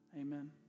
Amen